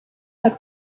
had